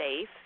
safe